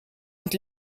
und